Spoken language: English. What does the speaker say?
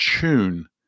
tune